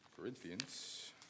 Corinthians